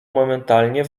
momentalnie